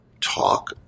talk